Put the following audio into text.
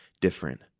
different